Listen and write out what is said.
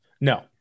No